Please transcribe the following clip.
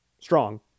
Strong